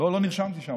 לא נרשמתי שם.